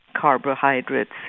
carbohydrates